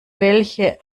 welche